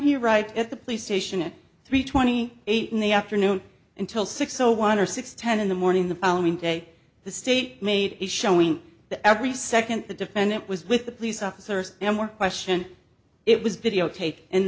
here right at the police station at three twenty eight in the afternoon until six zero one zero six ten in the morning the following day the state made is showing that every second the defendant was with the police officers more question it was videotaped and